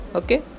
okay